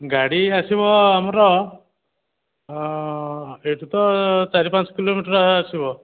ଗାଡ଼ି ଆସିବ ଆମର ଏଇଠୁ ତ ଚାରି ପାଞ୍ଚ କିଲୋମିଟର୍ ଆସିବ